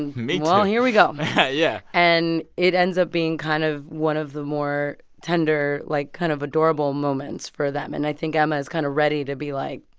and me, too well, here we go but yeah and it ends up being kind of one of the more tender, like, kind of adorable moments for them. and i think emma is kind of ready to be like,